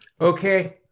okay